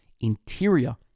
interior